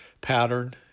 pattern